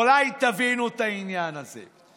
אולי תבינו את העניין הזה.